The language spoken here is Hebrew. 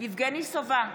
יבגני סובה,